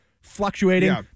fluctuating